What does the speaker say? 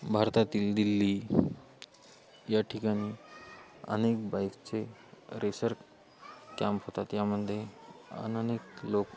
भारतातील दिल्ली या ठिकाणी अनेक बाईकचे रेसर कॅम्प होतात यामध्ये अनेक लोक